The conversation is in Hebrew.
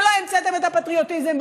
ולא המצאתם את הפטריוטיזם,